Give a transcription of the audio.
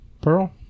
Pearl